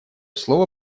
слово